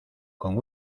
con